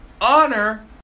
Honor